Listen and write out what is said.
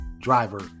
driver